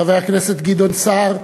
חבר הכנסת גדעון סער,